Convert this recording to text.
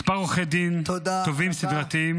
מספר עורכי דין, תובעים סדרתיים